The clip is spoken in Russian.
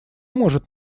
может